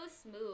smooth